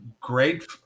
great